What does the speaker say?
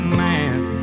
man